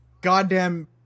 goddamn